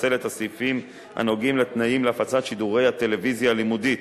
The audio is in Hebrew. לפצל את הסעיפים הנוגעים לתנאים להפצת שידורי הטלוויזיה הלימודית